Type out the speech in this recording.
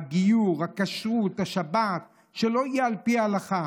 הגיור, הכשרות, השבת, שלא יהיו על פי ההלכה.